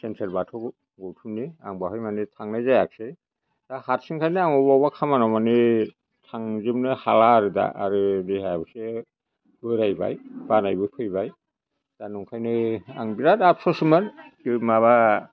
central बाथौ गौथुमनि आं बहाय माने थांनाय जायासै दा हारसिंखायनो आं अबावबा खामानआव मानि थांजोबनो हाया आरो दा आरो देहायाव एसे बोरायबाय बानायबो फैबाय दा नंखायनो आं बिराद आबस'समोन जेबो माबा